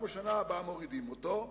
ובשנה הבאה מורידים אותו,